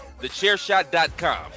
TheChairShot.com